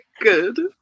good